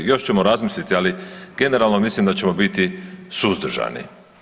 Još ćemo razmisliti, ali generalno mislim da ćemo biti suzdržani.